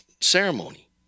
ceremony